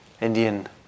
Indian